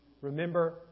Remember